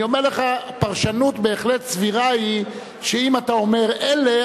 אני אומר לך: פרשנות בהחלט סבירה היא שאם אתה אומר "אלה",